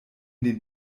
den